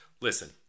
listen